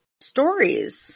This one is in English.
stories